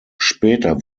später